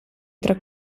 tra